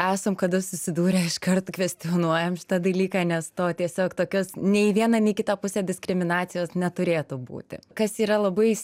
esam kada susidūrę iškart kvestionuojam šitą dalyką nes to tiesiog tokios nei į vieną nei į kitą pusę diskriminacijos neturėtų būti kas yra labai